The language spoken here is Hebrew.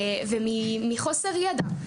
ומחוסר ידע.